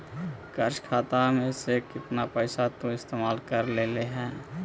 कर्ज खाता में से केतना पैसा तु इस्तेमाल कर लेले हे